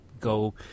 go